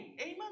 Amen